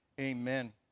Amen